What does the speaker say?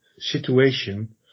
situation